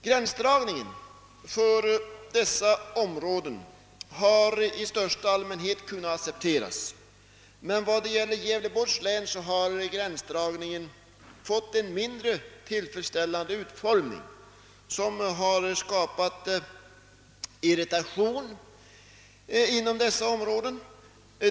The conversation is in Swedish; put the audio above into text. Gränsdragningen för områdena har i allmänhet kunnat accepteras, men i Gävleborgs län har gränsdragningen fått en mindre tillfredsställande utformning som skapat irritation.